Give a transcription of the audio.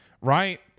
right